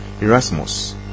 Erasmus